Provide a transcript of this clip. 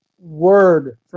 word